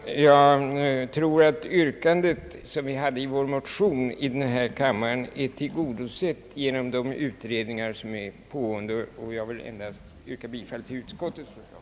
Jag tror att yrkandet i vår motion i denna fråga är tillgodosett genom de utredningar som pågår, och jag vill därför yrka bifall till utskottets förslag.